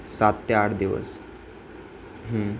सात ते आठ दिवस